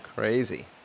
crazy